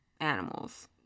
animals